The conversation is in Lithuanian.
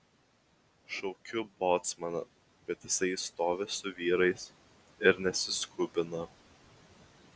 šaukiu bocmaną bet jisai stovi su vyrais ir nesiskubina